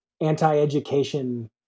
anti-education